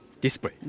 display